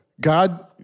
God